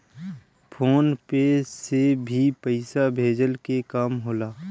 phone पे से भी पईसा भेजला के काम होला